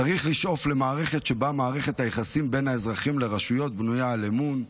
צריך לשאוף למערכת שבה מערכת היחסים בין האזרחים לרשויות בנויה על אמון,